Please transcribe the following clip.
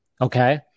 Okay